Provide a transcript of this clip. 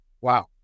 wow